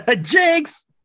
Jinx